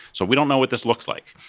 so we don't know what this looks like.